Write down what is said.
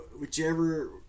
whichever